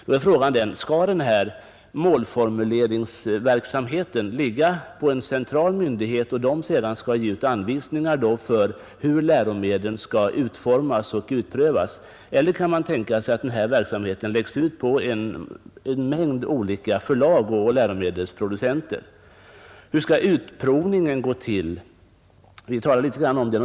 Då är frågan den: Skall den här målformuleringsverksamheten ligga på en central myndighet och denna sedan ge ut anvisningar för hur läromedel skall utformas och utprövas eller kan man tänka sig att verksamheten läggs ut på en mängd olika förlag och läromedelsproducenter? Hur skall utprovningen gå till?